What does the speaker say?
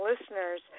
listeners